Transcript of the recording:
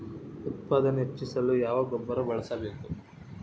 ಉತ್ಪಾದನೆ ಹೆಚ್ಚಿಸಲು ಯಾವ ಗೊಬ್ಬರ ಬಳಸಬೇಕು?